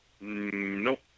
Nope